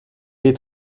est